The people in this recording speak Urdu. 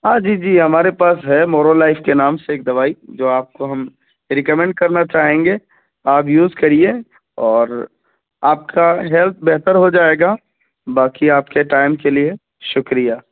ہاں جی جی ہمارے پاس ہے مورولائف کے نام سے ایک دوائی جو آپ کو ہم ریکامنڈ کرنا چاہیں گے آپ یوز کریے اور آپ کا ہیلتھ بہتر ہو جائے گا باقی آپ کے ٹائم کے لیے شکریہ